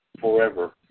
forever